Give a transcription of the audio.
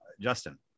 Justin